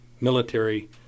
military